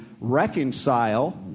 reconcile